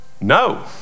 No